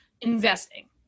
investing